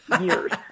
years